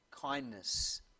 Kindness